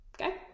okay